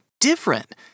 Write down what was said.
different